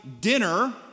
dinner